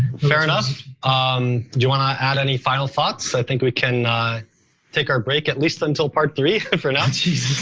fair enough. um do you want to add any final thoughts? i think we can take our break at least until part three for now.